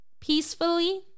peacefully